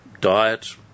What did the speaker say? diet